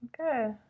Okay